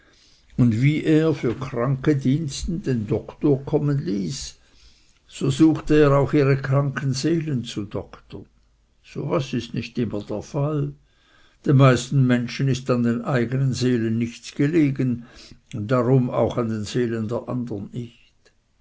und wie er für kranke diensten den doktor kommen ließ so suchte er auch ihre kranken seelen zu doktern so was ist nicht immer der fall den meisten menschen ist an den eigenen seelen nichts gelegen darum auch an den seelen der andern nicht